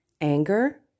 anger